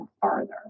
farther